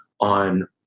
on